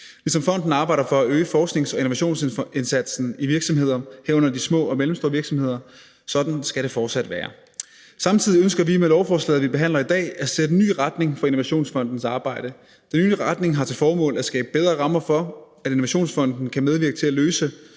ligesom fonden arbejder for at øge forsknings- og innovationsindsatsen i virksomheder, herunder de små og mellemstore virksomheder, og sådan skal det fortsat være. Samtidig ønsker vi med lovforslaget, vi behandler i dag, at sætte ny retning for Innovationsfondens arbejde. Den nye retning har til formål at skabe bedre rammer for, at Innovationsfonden kan medvirke til at løse